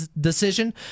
decision